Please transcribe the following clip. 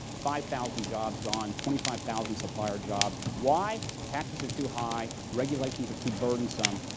five thousand jobs gone, twenty five thousand supplier jobs. why? taxes are too high regulations are too burdensome.